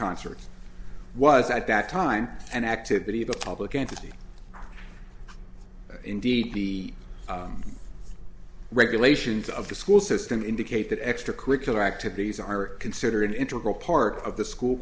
concerts was at that time an activity of a public entity indeed the regulations of the school system indicate that extra curricular activities are considered an integral part of the school